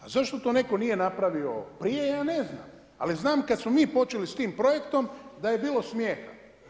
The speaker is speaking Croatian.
A zašto to netko nije pravio prije ja ne znam, ali znam kad smo mi počeli s tim projektom da je bilo smijeha.